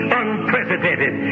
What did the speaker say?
unprecedented